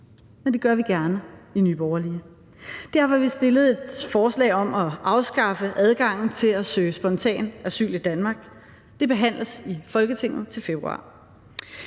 Men det gør vi gerne i Nye Borgerlige. Derfor har vi fremsat et forslag om at afskaffe adgangen til at søge spontant asyl i Danmark. Det behandles i Folketinget til februar.